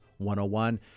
101